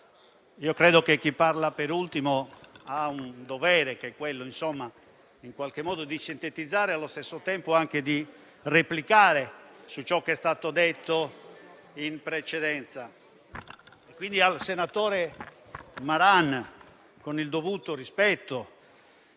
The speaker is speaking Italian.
credo che chi parla per ultimo abbia un dovere, che è quello di sintetizzare e, allo stesso tempo, replicare a ciò che è stato detto in precedenza. Quindi al senatore Malan, con il dovuto rispetto,